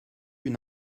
une